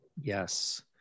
Yes